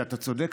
ואתה צודק,